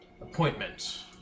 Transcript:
appointment